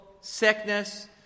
sickness